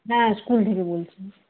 হ্যাঁ স্কুল থেকে বলছি